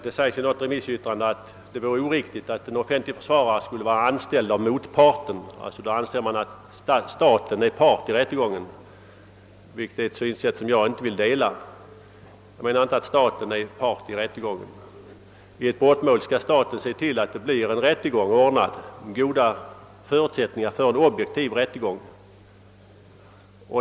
Det sägs i något remissyttrande att det vore oriktigt om en offentlig försvarare skulle vara anställd av motparten. Man anser att staten är part i rättegången, vilket är ett synsätt som jag inte vill dela. Jag anser att staten inte är part i någon rättegång. Vid ett brottmål skall staten se till att det ordnas goda förutsättningar för en objektiv rättegång.